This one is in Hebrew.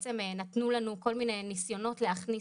ובעצם נתנו לנו כל מיני ניסיונות להכניס